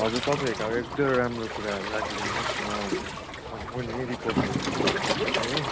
हजुर तपाईँहरूको अब एक दुईवटा राम्रो कुराहरू राखिदिनुहोस् न भनेर भनेको नि रिपोर्ट बनाउनु चाहिएको थियो मलाई हो